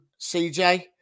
CJ